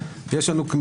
וכך לא נגיע